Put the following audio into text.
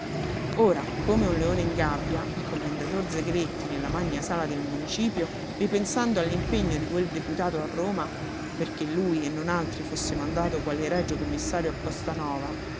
ora come un leone in gabbia il commendator zegretti nella magna sala del municipio ripensando all'impegno di quel deputato a roma perché lui e non altri fosse mandato quale regio commissario a